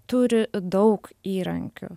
turi daug įrankių